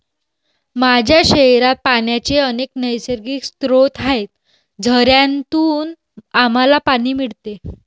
माझ्या शहरात पाण्याचे अनेक नैसर्गिक स्रोत आहेत, झऱ्यांतून आम्हाला पाणी मिळते